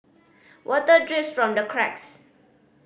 water drips from the cracks